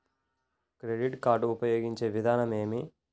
Credit card ఉపయోగించే విధానం ఏమి?